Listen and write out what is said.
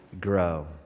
grow